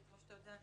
כמו שאתה יודע,